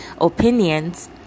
opinions